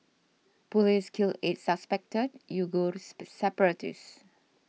police kill eight suspected Uighur separatists